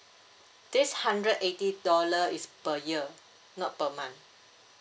this hundred eighty dollar is per year not per month